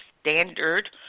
standard